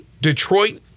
Detroit